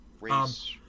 race